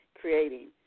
creating